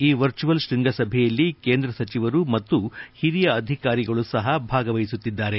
ಈ ವರ್ಚುವಲ್ ಶ್ವಂಗಸಭೆಯಲ್ಲಿ ಕೇಂದ ಸಚಿವರು ಮತ್ತು ಹಿರಿಯ ಅಧಿಕಾರಿಗಳು ಸಹ ಭಾಗವಹಿಸುತ್ತಿದ್ದಾರೆ